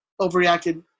overreacted